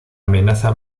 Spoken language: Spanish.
amenaza